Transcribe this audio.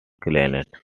cleaned